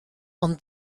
ond